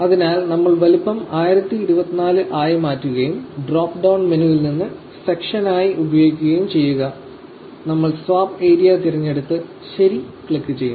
അതിനാൽ നമ്മൾ വലുപ്പം 1024 ആയി മാറ്റുകയും ഡ്രോപ്പ് ഡൌൺ മെനുവിൽ നിന്ന് സെക്ഷനായി ഉപയോഗിക്കുകയും ചെയ്യുക നമ്മൾ സ്വാപ്പ് ഏരിയ തിരഞ്ഞെടുത്ത് 'ഓക്കേ' ക്ലിക്കുചെയ്യും